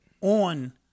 On